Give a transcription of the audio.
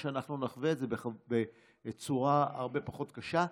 או שאנחנו נחווה את זה בצורה הרבה פחות קשה.